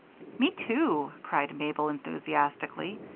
me too, cried mabel, enthusiastically.